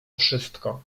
wszystko